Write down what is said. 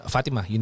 Fatima